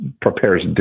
prepares